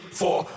four